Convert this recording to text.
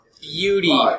beauty